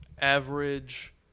average